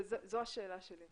זו השאלה שלי.